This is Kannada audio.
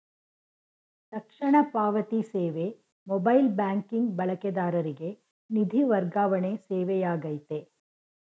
ತಕ್ಷಣ ಪಾವತಿ ಸೇವೆ ಮೊಬೈಲ್ ಬ್ಯಾಂಕಿಂಗ್ ಬಳಕೆದಾರರಿಗೆ ನಿಧಿ ವರ್ಗಾವಣೆ ಸೇವೆಯಾಗೈತೆ